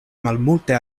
malmulte